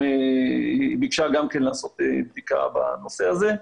היא ביקשה גם לעשות בדיקה בנושא הזה.